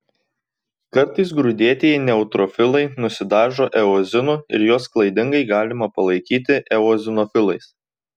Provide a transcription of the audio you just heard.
kartais grūdėtieji neutrofilai nusidažo eozinu ir juos klaidingai galima palaikyti eozinofilais